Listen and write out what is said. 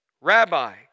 Rabbi